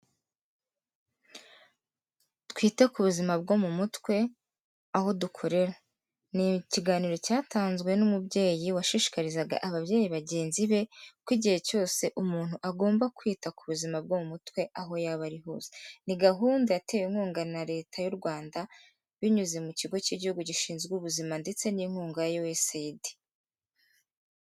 Twite ku buzima bwo mu mutwe, aho dukorera. Ni ikiganiro cyatanzwe n'umubyeyi washishikarizaga ababyeyi bagenzi be, ko igihe cyose umuntu agomba kwita ku buzima bwo mu mutwe aho yaba ari hose. Ni gahunda yatewe inkunga na Leta y'u Rwanda, binyuze mu kigo cy'Igihugu gishinzwe ubuzima ndetse n'inkunga ya USAID.